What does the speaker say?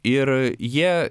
ir jie